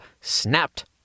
Snapped